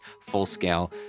full-scale